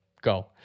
go